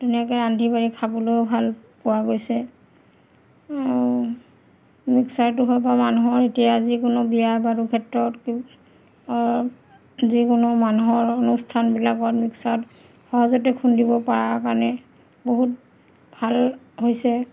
ধুনীয়াকৈ ৰান্ধি বাঢ়ি খাবলৈও ভাল পোৱা গৈছে আৰু মিক্সাৰটো হয় বা মানুহৰ এতিয়া যিকোনো বিয়া বাৰুৰ ক্ষেত্ৰত যিকোনো মানুহৰ অনুষ্ঠানবিলাকত মিক্সাৰত সহজতে খুন্দিব পৰাৰ কাৰণে বহুত ভাল হৈছে